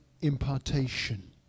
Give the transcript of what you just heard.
impartation